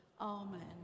Amen